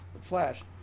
Flash